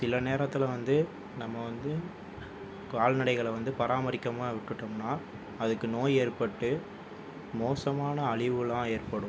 சில நேரத்தில் வந்து நம்ம வந்து கால்நடைகளை வந்து பராமரிக்காமல் விட்டுட்டோம்ன்னா அதுக்கு நோய் ஏற்பட்டு மோசமான அழிவெலாம் ஏற்படும்